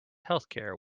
healthcare